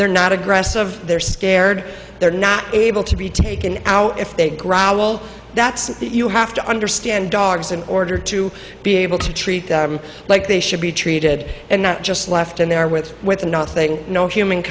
they're not aggressive they're scared they're not able to be taken out if they growl that's it you have to understand dogs in order to be able to treat them like they should be treated and not just left in there with with nothing no human